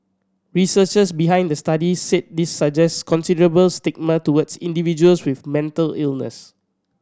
researchers behind the study said this suggest considerable stigma towards individuals with mental illness